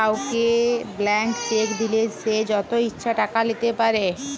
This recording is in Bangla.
কাউকে ব্ল্যান্ক চেক দিলে সে যত ইচ্ছা টাকা লিতে পারে